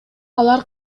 алар